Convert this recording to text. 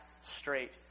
straight